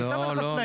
לא, לא.